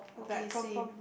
okay same